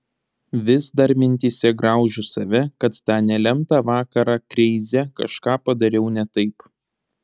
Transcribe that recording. vis dar mintyse graužiu save kad tą nelemtą vakarą kreize kažką padariau ne taip